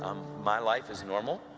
my life is normal.